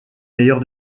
meilleur